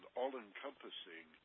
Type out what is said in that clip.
all-encompassing